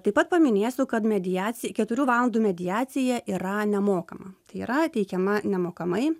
taip pat paminėsiu kad mediacija keturių valandų mediacija yra nemokama tai yra teikiama nemokamai